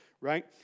right